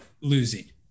losing